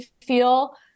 feel